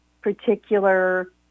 particular